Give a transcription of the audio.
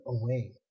away